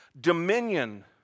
dominion